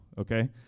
Okay